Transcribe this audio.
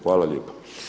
Hvala lijepa.